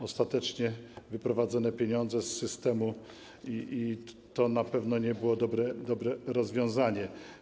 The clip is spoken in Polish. Ostatecznie wyprowadzono pieniądze z systemu i to na pewno nie było dobre rozwiązanie.